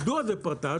מדוע זה פרטאץ?